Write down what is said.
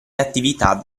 attività